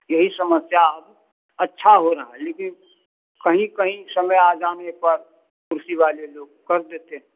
यही समस्या अब अच्छा हो रहा है लेकिन कहीं कहीं समय आ जाने पर कुर्सी वाले लोग कह देते हैं